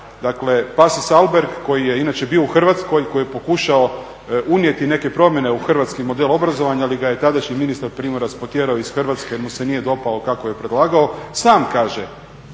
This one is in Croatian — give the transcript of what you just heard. Dakle, Pasi Salberg koji je inače bio u Hrvatskoj i koji je pokušao unijeti neke promjene u hrvatski model obrazovanja ali ga je tadašnji ministar Primorac potjerao iz Hrvatske jer mu se nije dopalo kako je predlagao sam kaže